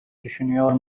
düşünüyor